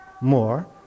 more